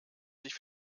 sich